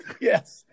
Yes